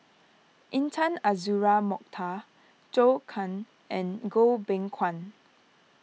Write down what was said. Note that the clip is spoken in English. Intan Azura Mokhtar Zhou Can and Goh Beng Kwan